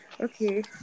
Okay